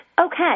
Okay